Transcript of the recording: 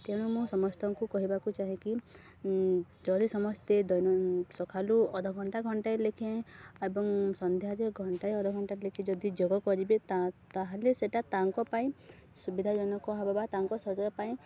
ତେଣୁ ମୁଁ ସମସ୍ତଙ୍କୁ କହିବାକୁ ଚାହେଁକି ଯଦି ସମସ୍ତେ ଦୈନ ସଖାଳୁ ଅଧଘଣ୍ଟା ଘଣ୍ଟାଏ ଲେଖେଁ ଏବଂ ସନ୍ଧ୍ୟାରେ ଘଣ୍ଟାଏ ଅଧଘଣ୍ଟା ଲେଖେ ଯଦି ଯୋଗ କରିବେ ତାହେଲେ ସେଇଟା ତାଙ୍କ ପାଇଁ ସୁବିଧାଜନକ ହବ ବା ତାଙ୍କ ଶରୀର ପାଇଁ